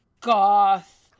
goth